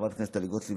חברת הכנסת טלי גוטליב,